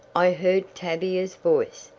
i heard tavia's voice,